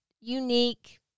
unique